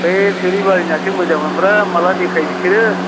बै थुरिबारिनासो मोजां मोनब्रा माला देखायो बिसोरो